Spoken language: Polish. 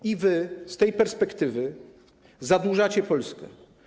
I wy z tej perspektywy zadłużacie Polskę.